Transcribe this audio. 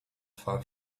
far